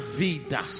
vida